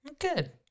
Good